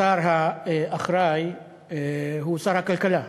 השר האחראי הוא שר הכלכלה.